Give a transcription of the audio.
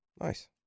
Nice